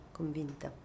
convinta